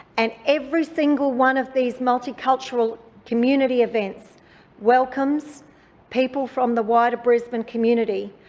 and every single one of these multicultural community events welcomes people from the wider brisbane community